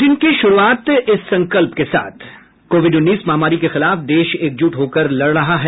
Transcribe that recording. bulletin की शुरूआत से पहले ये संकल्प कोविड उन्नीस महामारी के खिलाफ देश एकजुट होकर लड़ रहा है